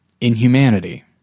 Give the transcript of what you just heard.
Inhumanity